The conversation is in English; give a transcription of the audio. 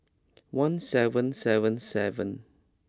one seven seven seven